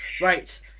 Right